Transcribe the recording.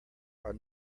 are